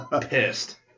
Pissed